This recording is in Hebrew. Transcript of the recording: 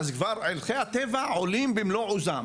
אז פתאום ערכי הטבע עולים במלוא עוזם.